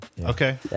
Okay